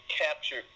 captured